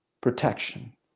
Protection